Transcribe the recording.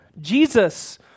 Jesus